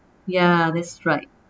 ya that's right